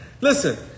Listen